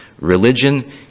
religion